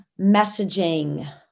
messaging